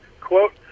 quote